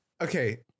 Okay